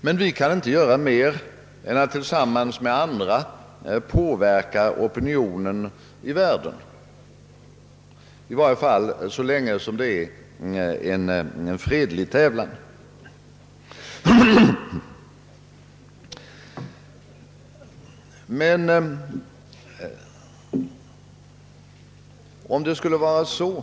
Men vi i Sverige kan inte göra mer än att tillsammans med andra påverka opinionen i världen, i varje fall så länge det är en fredlig tävlan mellan politiska riktningar inom ett land.